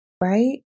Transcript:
right